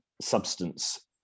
substance